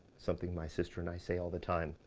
something my sister and i say all the time,